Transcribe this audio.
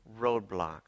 roadblocks